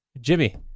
Jimmy